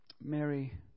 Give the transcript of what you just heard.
Mary